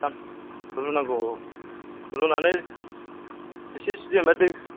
जिगाब रुनांगौ औ रुनानै एसे सिदोमनाय दै